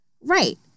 Right